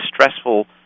stressful